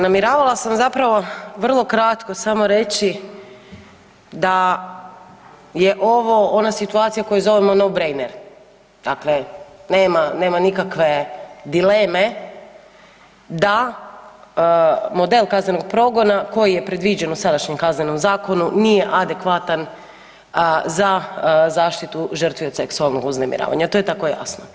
Namjeravala sam zapravo vrlo kratko samo reći da je ovo ona situacija koju zovemo no brainer, dakle nema nikakve dileme da model kaznenog progona koji je predviđen u sadašnjem Kaznenom zakonu nije adekvatan za zaštitu žrtvi od seksualnog uznemiravanja, to je tako jasno.